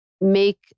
make